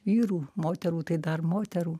vyrų moterų tai dar moterų